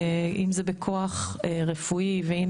אם זה בכוח רפואי ואם